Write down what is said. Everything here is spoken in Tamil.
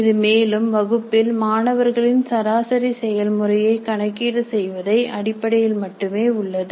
இது மேலும் வகுப்பில் மாணவர்களின் சராசரி செயல்முறையை கணக்கீடு செய்வதை அடிப்படையில் மட்டுமே உள்ளது